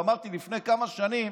ואמרתי לפני כמה שנים